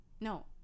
No